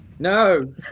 No